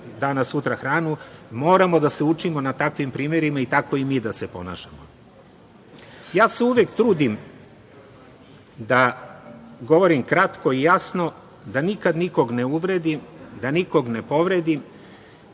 danas-sutra hranu, moramo da se učimo na takvim primerima i tako i mi da se ponašamo. Ja se uvek trudim da govorim kratko i jasno da nikad nikog ne uvredim, da nikog ne povredim